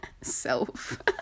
self